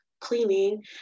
cleaning